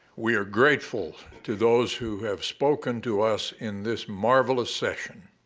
we are grateful to those who have spoken to us in this marvelous session